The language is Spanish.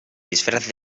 disfraz